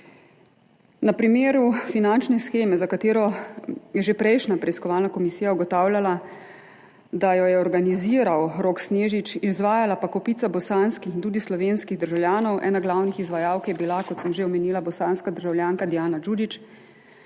Na primer finančne sheme, za katero je že prejšnja preiskovalna komisija ugotavljala, da jo je organiziral Rok Snežič, izvajala pa kopica bosanskih in tudi slovenskih državljanov, ena glavnih izvajalk je bila, kot sem že omenila, bosanska državljanka Dijana Đuđić,